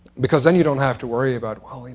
because then you don't have to worry about, well,